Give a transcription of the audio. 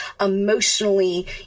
emotionally